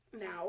now